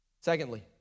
Secondly